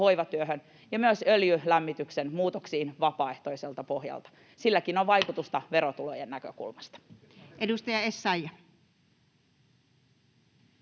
hoivatyöhön, ja myös öljylämmityksen muutoksiin vapaaehtoiselta pohjalta. Silläkin on vaikutusta verotulojen näkökulmasta. Edustaja Essayah.